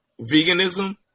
veganism